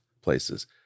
places